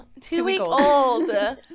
two-week-old